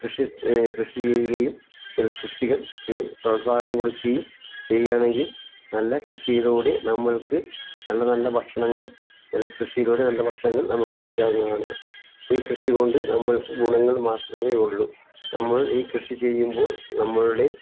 കൃഷി കൃഷി ചെയ്യുകയും നെൽകൃഷികൾക്ക് പ്രോത്സാഹനം കൊടുക്കുകയും ചെയ്യുകയാണെങ്കിൽ നല്ല കൃഷിയിലൂടെ നമ്മൾക്ക് നല്ല നല്ല ഭക്ഷണങ്ങൾ നെൽകൃഷിയിലൂടെ നല്ല ഭക്ഷണങ്ങൾ നമുക്ക് കഴിക്കാവുന്നതാണ് ഈ കൃഷി കൊണ്ട് നമ്മൾക്ക് ഗുണങ്ങൾ മാത്രമേ ഉള്ളൂ നമ്മൾ ഈ കൃഷി ചെയ്യുമ്പോൾ നമ്മളുടെ